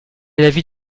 l’avis